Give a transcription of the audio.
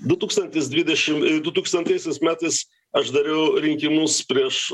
du tūkstantis dvidešim dutūkstantaisiais metais aš dariau rinkimus prieš